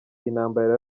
intambara